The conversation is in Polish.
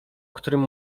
którym